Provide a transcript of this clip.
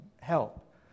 help